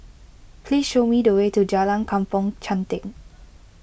please show me the way to Jalan Kampong Chantek